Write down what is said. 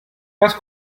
cas